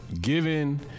given